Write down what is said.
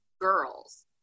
girls